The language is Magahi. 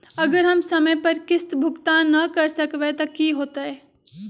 अगर हम समय पर किस्त भुकतान न कर सकवै त की होतै?